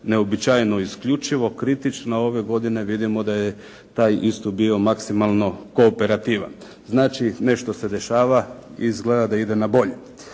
neuobičajeno isključivo kritično, a ove godine vidimo da je taj istup bio maksimalno kooperativan. Znači nešto se dešava i izgleda da ide na bolje.